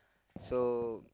so